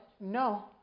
no